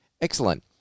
Excellent